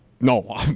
No